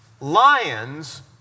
Lions